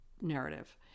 narrative